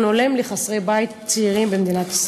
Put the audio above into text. הולם לחסרי בית צעירים במדינת ישראל.